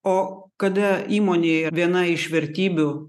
o kada įmonėj viena iš vertybių